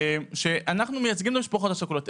אנחנו מייצגים את המשפחות השכולות,